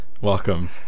welcome